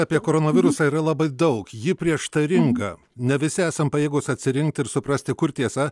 apie koranavirusą yra labai daug ji prieštaringa ne visi esam pajėgūs atsirinkt ir suprasti kur tiesa